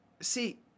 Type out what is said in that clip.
see